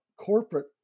corporate